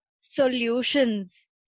solutions